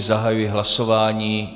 Zahajuji hlasování.